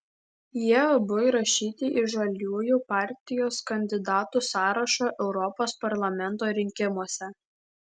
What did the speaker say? jie abu įrašyti į žaliųjų partijos kandidatų sąrašą europos parlamento rinkimuose